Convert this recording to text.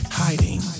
hiding